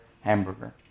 Hamburger